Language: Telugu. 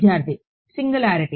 విద్యార్థి సింగులారిటీ